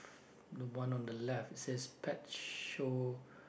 the one on the left it says pet show